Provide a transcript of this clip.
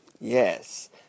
Yes